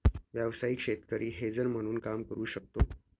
व्यावसायिक शेतकरी हेजर म्हणून काम करू शकतो